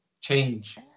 change